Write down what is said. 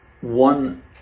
one